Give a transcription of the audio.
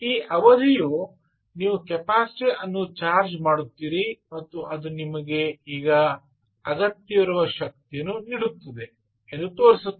ಈ ಅವಧಿಯು ನೀವು ಕ್ಯಾಪಾಸಿಟರ್ ಅನ್ನು ಚಾರ್ಜ್ ಮಾಡುತ್ತೀರಿ ಮತ್ತು ಅದು ಈಗ ನಿಮಗೆ ಅಗತ್ಯವಿರುವ ಶಕ್ತಿಯನ್ನು ನೀಡುತ್ತದೆ